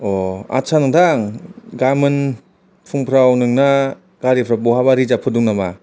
आदसा नोंथां गाबोन फुंफ्राव नोंना गारिफ्रा बहाबा रिजाब फोर दं नामा